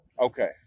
Okay